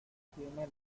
tiene